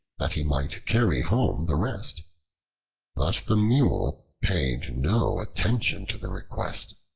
that he might carry home the rest but the mule paid no attention to the request.